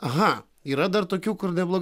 aha yra dar tokių kur neblogai